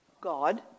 God